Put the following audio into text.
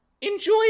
enjoy